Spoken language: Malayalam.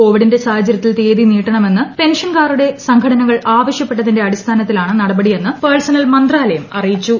കോവിഡിന്റെ സാഹചര്യത്തിൽ നേരത്തെ അനുവദിച്ചിരുന്ന തീയതി നീട്ടണമെന്ന് പെൻഷൻകാരുടെ സംഘടനകൾ ആവശ്യപ്പെട്ടതിന്റെ അടിസ്ഥാനത്തിലാണ് നടപടിയെന്ന് പേഴ്സണൽ മന്ത്രാലയം അറിയിച്ചു